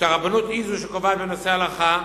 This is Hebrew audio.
שהרבנות היא זו שקובעת בנושא הלכה,